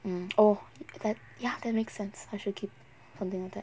mm oh that ya that makes sense I should keep something like that